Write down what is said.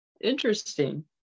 Interesting